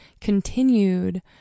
continued